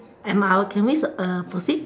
can we uh proceed